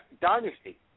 Dynasty